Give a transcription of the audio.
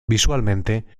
visualmente